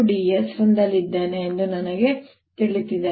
dS ಹೊಂದಲಿದ್ದೇನೆ ಎಂದು ನನಗೆ ತಿಳಿದಿದೆ